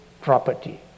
property